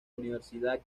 universidad